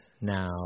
now